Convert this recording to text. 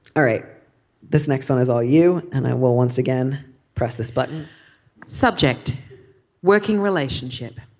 all right this next one is all you and i will once again press this button subject working relationship.